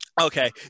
Okay